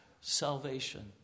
salvation